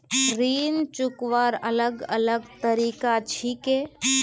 ऋण चुकवार अलग अलग तरीका कि छे?